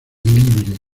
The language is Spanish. libre